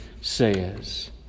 says